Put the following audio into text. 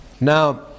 Now